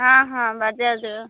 ହଁ ହଁ ବାଜାଜ୍ର